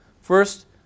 First